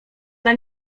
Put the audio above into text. dla